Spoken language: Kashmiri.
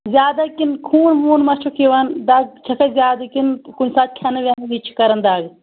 زیادٕ ہَہ کِنۍ خوٗن ووٗن مہ چھُکھ یِوان دَگ چھس سا زیادٕ کِنۍ کُنہِ ساتہٕ کھٮ۪نہٕ وٮ۪نہٕ وِزِ چھِ کَران دَگ